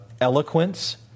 eloquence